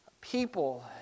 people